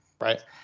right